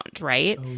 right